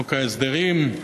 חוק ההסדרים.